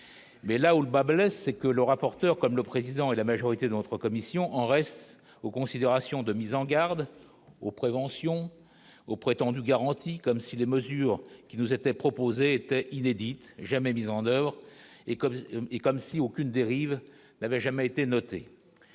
mais là où le bât blesse, c'est que le rapporteur, comme le président et la majorité d'entre commission en reste aux considérations de mise en garde. Oh prévention aux prétendues garanties comme si les mesures qui nous était proposé était inédite, jamais mises en oeuvre et comme et, comme si aucune dérive n'avait jamais été noté,